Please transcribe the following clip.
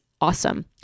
awesome